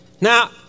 Now